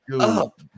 up